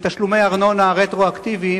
בתשלומי ארנונה רטרואקטיביים.